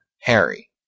Harry